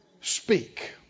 speak